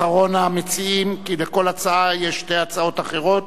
אחרון המציעים, כי לכל הצעה יש שתי הצעות אחרות.